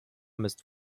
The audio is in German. misst